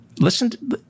Listen